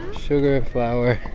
sugar, flour,